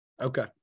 Okay